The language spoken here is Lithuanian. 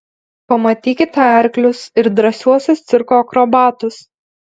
pamatykite arklius ir drąsiuosius cirko akrobatus